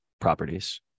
properties